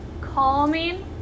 calming